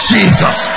Jesus